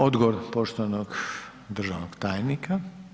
Odgovor poštovanog državnog tajnika.